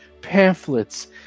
pamphlets